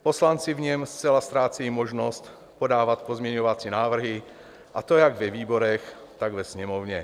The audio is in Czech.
Poslanci v něm zcela ztrácejí možnost podávat pozměňovací návrhy, a to jak ve výborech, tak ve Sněmovně.